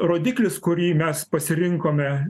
rodiklis kurį mes pasirinkome